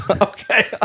Okay